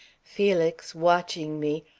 felix, watching me,